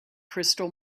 crystal